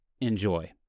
enjoy